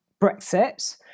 Brexit